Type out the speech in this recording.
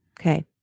Okay